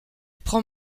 prend